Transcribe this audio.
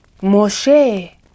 Moshe